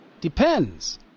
Depends